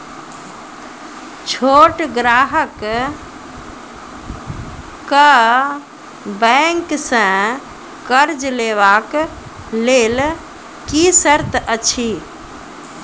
छोट ग्राहक कअ बैंक सऽ कर्ज लेवाक लेल की सर्त अछि?